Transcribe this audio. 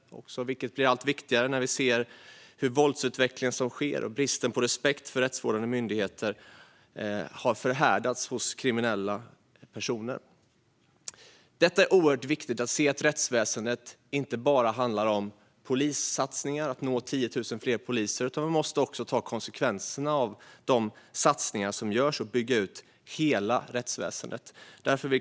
Det blir allt viktigare med tanke på våldsutvecklingen och kriminella personers förhärdade brist på respekt för rättsvårdande myndigheter. Det är viktigt att se att rättsväsendet inte bara handlar om polissatsningar för att nå 10 000 fler poliser. Man måste också ta konsekvenserna av de satsningar som görs och bygga ut hela rättsväsendet.